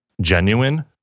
genuine